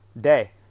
day